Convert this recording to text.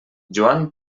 joan